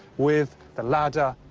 with the ladder,